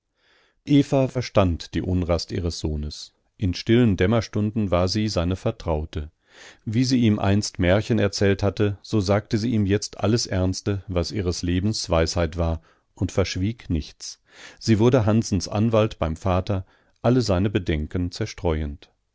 eva verstand die unrast ihres sohnes in stillen dämmerstunden war sie seine vertraute wie sie ihm einst märchen erzählt hatte so sagte sie ihm jetzt alles ernste was ihres lebens weisheit war und verschwieg nichts sie wurde hansens anwalt beim vater alle seine bedenken zerstreuend